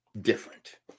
different